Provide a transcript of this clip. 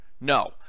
No